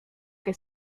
que